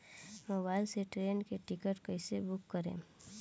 Mobile से train के ticket कैसे बूक करेम?